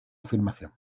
afirmación